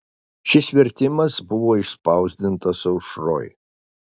šis vertimas buvo išspausdintas aušroj